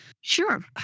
Sure